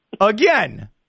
Again